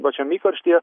pačiam įkarštyje